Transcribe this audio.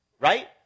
Right